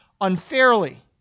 unfairly